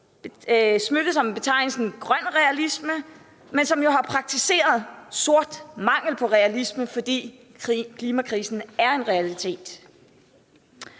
sig med betegnelsen grøn realisme, men som jo har praktiseret sort mangel på realisme. For klimakrisen er en realitet.